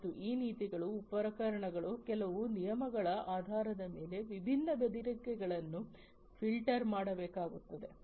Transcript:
ಮತ್ತು ಈ ನೀತಿಗಳು ಉಪಕರಣಗಳು ಕೆಲವು ನಿಯಮಗಳ ಆಧಾರದ ಮೇಲೆ ವಿಭಿನ್ನ ಅಪಾಯಗಳನ್ನು ಫಿಲ್ಟರ್ ಮಾಡಬೇಕಾಗುತ್ತದೆ